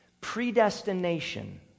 Predestination